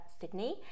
Sydney